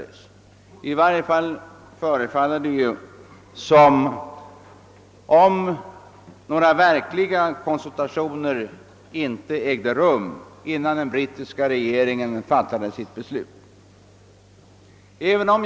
Det vill i varje fall synas som om några verkliga konsultationer inte ägde rum innan den brittiska regeringen fattade beslut i den frågan.